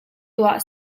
tuah